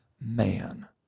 man